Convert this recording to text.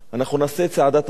אנחנו נעשה את צעדת הפראיירים,